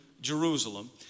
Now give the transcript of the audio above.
Jerusalem